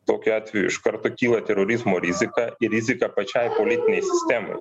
tokiu atveju iš karto kyla terorizmo rizika ir rizika pačiai politinei sistemai